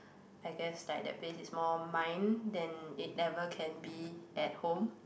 I guess like that place is more mine than it ever can be at home